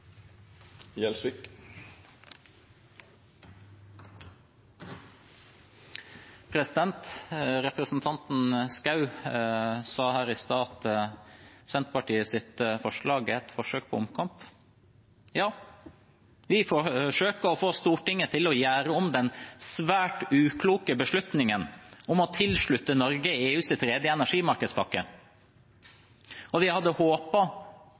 Representanten Schou sa i stad at Senterpartiets forslag er et forsøk på omkamp. Ja, vi forsøker å få Stortinget til å gjøre om den svært ukloke beslutningen om å tilslutte Norge EUs tredje energimarkedspakke. Vi hadde